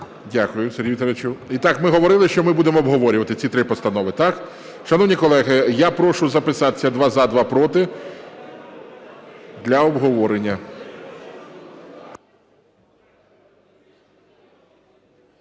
Дякую, Сергію Віталійовичу. І так, ми говорили, що ми будемо обговорювати ці три постанови. Так? Шановні колеги, я прошу записатися: два - за, два - проти. Для обговорення.